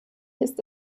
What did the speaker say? ist